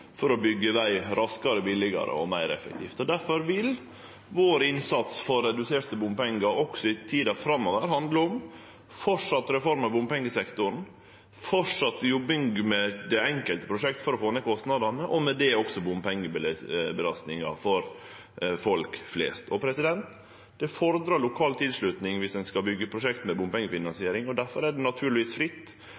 for å byggje veg raskare, billigare og meir effektivt. Difor vil innsatsen vår for reduserte bompengar også i tida framover handle om vedvarande reform av bompengesektoren, vedvarande jobbing med det enkelte prosjektet for å få ned kostnadene – og med det også bompengebelastinga for folk flest. Det fordrar lokal tilslutning dersom ein skal ha byggjeprosjekt med